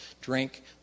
drink